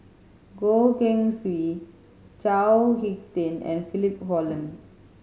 Goh Keng Swee Chao Hick Tin and Philip Hoalim